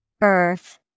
Earth